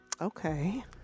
Okay